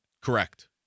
correct